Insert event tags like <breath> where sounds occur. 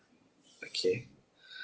okay <breath>